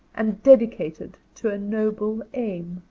and dedicated to a noble aim?